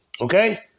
Okay